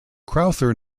crowther